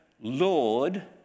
Lord